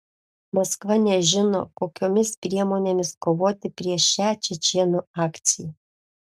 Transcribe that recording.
maskva nežino kokiomis priemonėmis kovoti prieš šią čečėnų akciją